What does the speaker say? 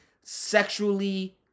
sexually